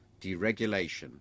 Deregulation